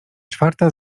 czwarta